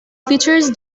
features